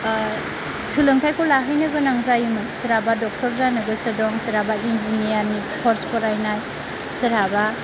सोलोंथाइखौ लाहैनो गोनां जायोमोन सोरहाबा डक्टर जानो गोसो दं सोरहाबा इन्जिनियार नि कर्स फरायनाय सोरहाबा